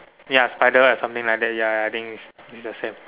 ya spider web or something like that ya I think it's it's the same